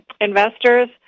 investors